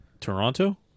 Toronto